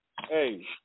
Hey